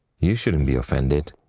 you shouldn't be offended.